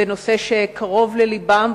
זה נושא שקרוב ללבם,